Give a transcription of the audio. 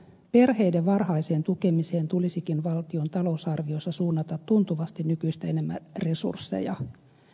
perheiden varhaiseen tukemiseen tulisikin valtion talousarviossa suunnata tuntuvasti nykyistä enemmän resursseja